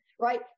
Right